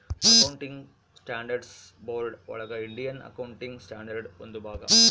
accounting standards board ಒಳಗ Indian accounting standard ಒಂದು ಭಾಗ